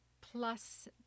Plus